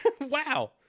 Wow